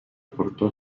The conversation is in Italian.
portò